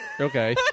Okay